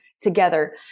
together